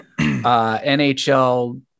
NHL